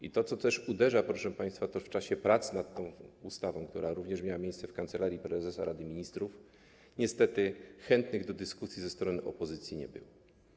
I to, co też uderza, to to, że w czasie prac nad tą ustawą, które również miały miejsce w Kancelarii Prezesa Rady Ministrów, niestety chętnych do dyskusji ze strony opozycji nie było.